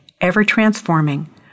ever-transforming